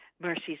Mercy's